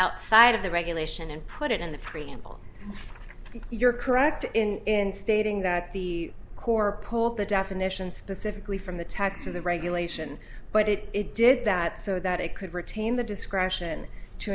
outside of the regulation and put it in the preamble you're correct in stating that the core polled the definition specifically from the text of the regulation but it it did that so that it could retain the discretion to